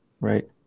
Right